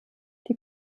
die